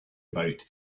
about